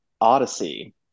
Odyssey